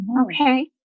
Okay